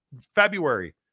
February